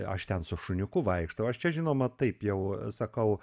aš ten su šuniuku vaikštau aš čia žinoma taip jau sakau